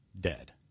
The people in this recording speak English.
dead